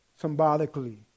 Symbolically